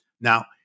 Now